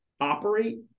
operate